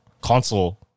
console